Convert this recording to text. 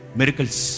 miracles